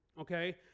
Okay